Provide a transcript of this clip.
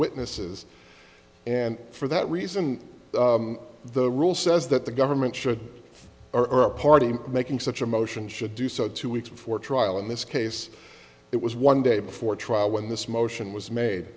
witnesses and for that reason the rule says that the government should or a party making such a motion should do so two weeks before trial in this case it was one day before trial when this motion was